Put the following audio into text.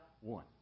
One